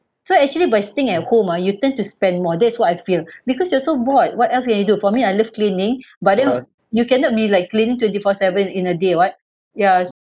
so actually by sitting at home ah you tend to spend more that is what I feel because you're so bored what else can you do for me I love cleaning but then you cannot be like cleaning twenty four seven in a day [what] yeah